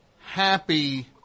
happy